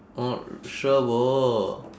oh sure bo